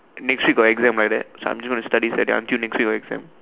next week got exam like that so I'm just gonna study for that until next week got exam